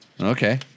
okay